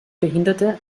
behinderte